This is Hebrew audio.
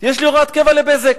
יש לי הוראת קבע ל"בזק".